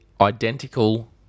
identical